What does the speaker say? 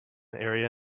area